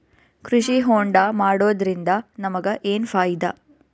ಕೃಷಿ ಹೋಂಡಾ ಮಾಡೋದ್ರಿಂದ ನಮಗ ಏನ್ ಫಾಯಿದಾ?